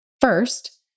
First